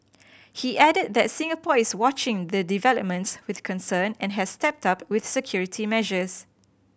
he added that Singapore is watching the developments with concern and has stepped up with security measures